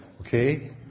Okay